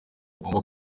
mugomba